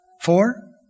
Four